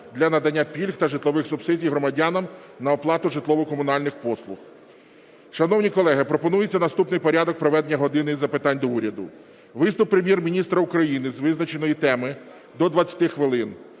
для надання пільг та житлових субсидій громадянам на оплату житлово-комунальних послуг. Шановні колеги, пропонується наступний порядок проведення "години запитань до Уряду": виступ Прем'єр-міністра України з визначеної теми – до 20 хвилин,